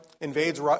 invades